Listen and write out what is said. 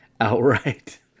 Outright